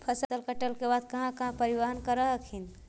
फसल कटल के बाद कहा कहा परिबहन कर हखिन?